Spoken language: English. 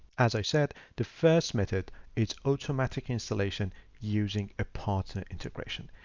as i said, the first method is automatic installation using a partner integration.